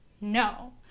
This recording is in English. no